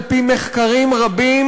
על-פי מחקרים רבים,